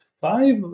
five